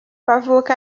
bavuka